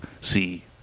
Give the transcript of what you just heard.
see